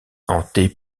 hantée